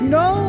no